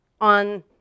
on